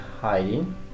hiding